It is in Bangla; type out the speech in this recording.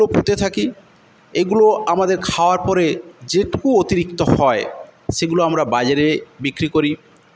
এগুলো পুঁতে থাকি এগুলো আমাদের খাওয়ার পরে যেটুকু অতিরিক্ত হয় সেগুলো আমরা বাজারে বিক্রি করি